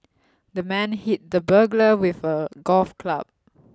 the man hit the burglar with a golf club